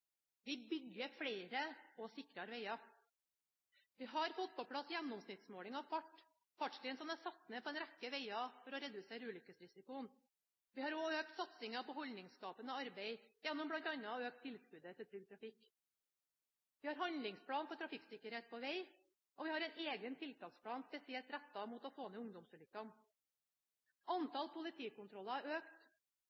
Vi bygger flere og sikrere veger. Vi har fått på plass gjennomsnittsmåling av fart, og fartsgrensene er satt ned på en rekke veger for å redusere ulykkesrisikoen. Vi har også økt satsingen på holdningsskapende arbeid gjennom bl.a. å øke tilskuddet til Trygg Trafikk. Vi har en handlingsplan for trafikksikkerhet på veg, og vi har en egen tiltaksplan spesielt rettet mot å få ned